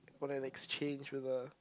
for an exchange with the